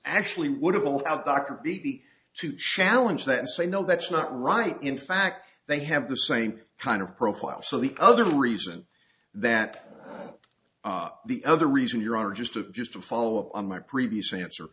have all out dr b b to challenge that and say no that's not right in fact they have the same kind of profile so the other reason that the other reason your honor just to just to follow up on my previous answer